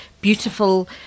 beautiful